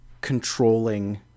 controlling